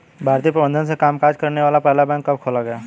भारतीय प्रबंधन से कामकाज करने वाला पहला बैंक कब खोला गया?